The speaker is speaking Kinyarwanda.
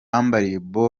harimo